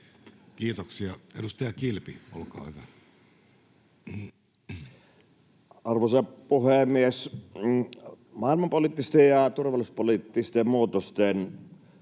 Kiitoksia. — Edustaja Kilpi, olkaa hyvä. Arvoisa puhemies! Maailmanpoliittisten ja turvallisuuspoliittisten muutosten